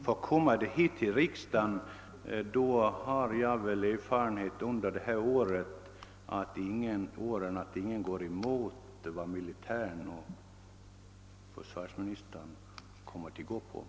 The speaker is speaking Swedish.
Min erfarenhet är den att när ett ärende kommit hit till riksdagen går ingen emot vad militären och försvarsministern föreslår.